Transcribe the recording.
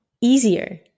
easier